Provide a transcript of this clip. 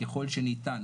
ככל שניתן,